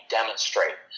demonstrate